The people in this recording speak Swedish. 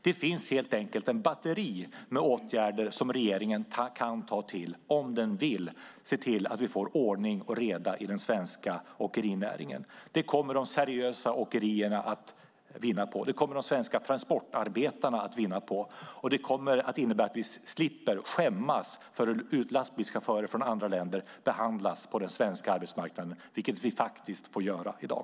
Det finns helt enkelt ett batteri av åtgärder regeringen kan ta till om den vill se till att vi får ordning och reda i den svenska åkerinäringen. Det kommer de seriösa åkerierna att vinna på, och det kommer de svenska transportarbetarna att vinna på. Det kommer också att innebära att vi slipper skämmas för hur lastbilschaufförer från andra länder behandlas på den svenska arbetsmarknaden, vilket vi faktiskt får göra i dag.